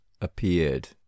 appeared